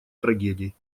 трагедий